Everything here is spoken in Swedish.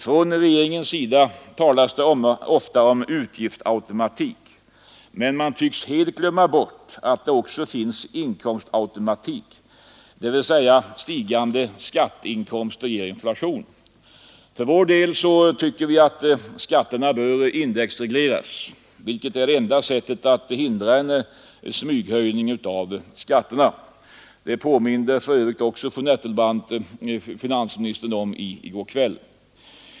Från regeringens sida talas det ofta om utgiftsautomatik, men man tycks helt glömma bort att det också finns inkomstautomatik — dvs. stigande skatteinkomster ger inflation. För vår del tycker vi att skatterna bör indexregleras, vilket är enda sättet att hindra en smyghöjning av skatterna. Det påminde för övrigt också fru Nettelbrandt finansministern om i går kväll.